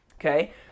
okay